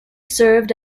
served